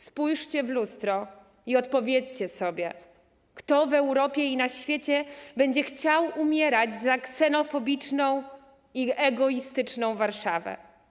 Spójrzcie w lustro i odpowiedzcie sobie: Kto w Europie i na świecie będzie chciał umierać za ksenofobiczną i egoistyczną Warszawę?